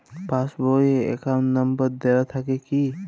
Pass বই এ account number দেওয়া থাকে কি?